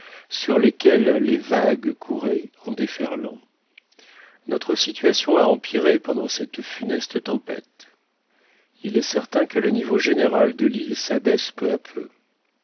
sur lesquelles les vagues couraient en déferlant notre situation a empiré pendant cette funeste tempête il est certain que le niveau général de l'île s'abaisse peu à peu